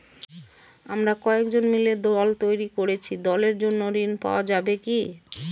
আমরা কয়েকজন মিলে দল তৈরি করেছি দলের জন্য ঋণ পাওয়া যাবে কি?